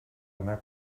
anar